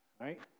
right